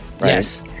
yes